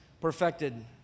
perfected